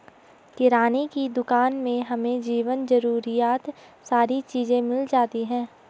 किराने की दुकान में हमें जीवन जरूरियात सारी चीज़े मिल जाती है